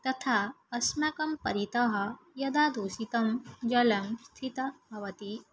तथा अस्माकं परितः यदा दूषितं जलं स्थितं भवति